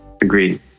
agreed